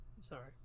Sorry